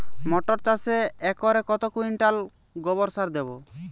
মটর চাষে একরে কত কুইন্টাল গোবরসার দেবো?